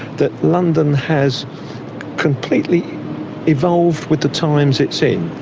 that london has completely evolved with the times it's in.